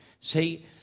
See